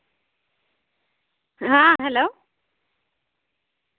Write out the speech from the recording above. ᱦᱮᱸ ᱦᱮᱞᱳ